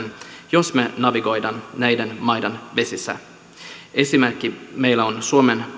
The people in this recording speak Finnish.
jos me navigoimme näiden maiden vesissä esimerkiksi meillä on suomen